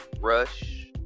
Rush